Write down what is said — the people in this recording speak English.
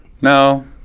No